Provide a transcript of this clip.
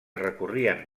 recorrien